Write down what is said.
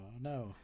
no